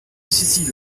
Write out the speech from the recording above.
saisis